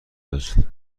است